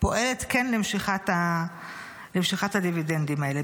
פועלת כן למשיכת הדיבידנדים האלה.